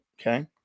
Okay